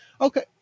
Okay